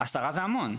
עשרה זה המון.